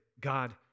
God